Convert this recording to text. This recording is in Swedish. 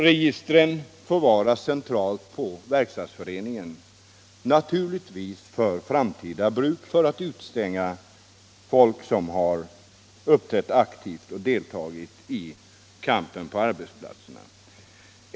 Registren förvaras centralt av Verkstadsföreningen, naturligtvis för framtida bruk för att utestänga folk som har uppträtt aktivt och deltagit i kampen på arbetsplatserna.